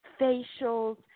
facials